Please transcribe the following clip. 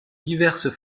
diverses